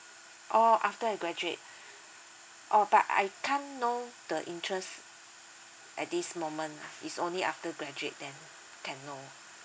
oh after I graduate oh but I can't know the interest at this moment lah it's only after graduate then can know